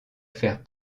faire